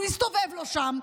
הוא הסתובב לו שם,